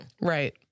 Right